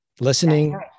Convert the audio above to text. listening